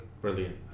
Brilliant